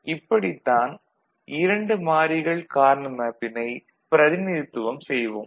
இப்படித்தான் 2 மாறிகள் கார்னா மேப்பினை பிரதிநிதித்துவம் செய்வோம்